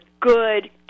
good